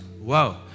Whoa